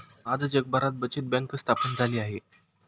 आज जगभरात बचत बँक स्थापन झाली आहे